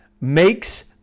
makes